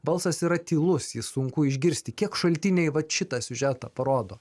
balsas yra tylus jį sunku išgirsti kiek šaltiniai vat šitą siužetą parodo